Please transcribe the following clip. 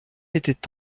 était